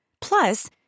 Plus